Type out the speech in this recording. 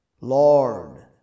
Lord